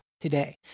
today